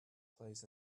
plays